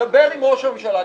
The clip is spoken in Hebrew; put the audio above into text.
דבר עם ראש הממשלה.